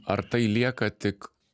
ar tai lieka tik